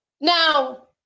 Now